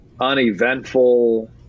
uneventful